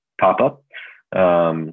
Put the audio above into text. pop-up